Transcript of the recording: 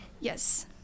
yes